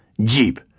Jeep